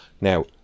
Now